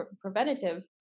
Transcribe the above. preventative